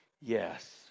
Yes